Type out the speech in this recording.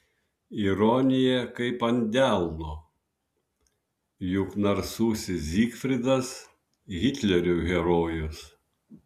ironija kaip ant delno juk narsusis zygfridas hitlerio herojus